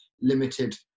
limited